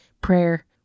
prayer